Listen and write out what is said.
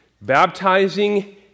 baptizing